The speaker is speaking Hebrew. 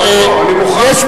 אני מוכן,